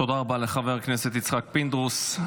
תודה רבה לחבר הכנסת יצחק פינדרוס.